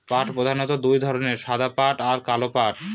পাট প্রধানত দু ধরনের সাদা পাট আর কালো পাট